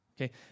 Okay